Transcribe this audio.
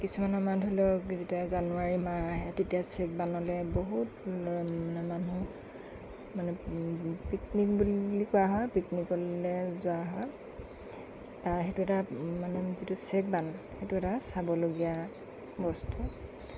এতিয়া কিছুমান আমাৰ ধৰি লওক যেতিয়া জানুৱাৰী মাহ আহে তেতিয়া চেকবানলৈ বহুত মানে মানুহ মানে পিকনিক বুলি কোৱা হয় পিকনিকলৈ যোৱা হয় সেইটো এটা মানে যিটো চেকবান সেইটো এটা চাবলগীয়া বস্তু